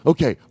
Okay